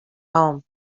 home